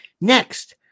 Next